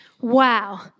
Wow